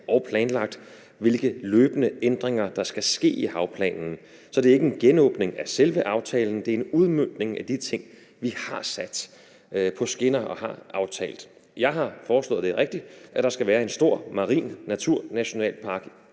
og planlagt, hvilke løbende ændringer der skal ske i havplanen. Så det er ikke en genåbning af selve aftalen, men det er en udmøntning af de ting, vi har aftalt og sat på skinner. Jeg har foreslået – det er rigtigt – at der skal være en stor marin naturnationalpark